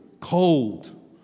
cold